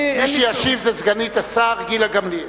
מי שתשיב זאת סגנית השר גילה גמליאל.